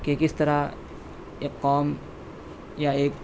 کہ کس طرح ایک قوم یا ایک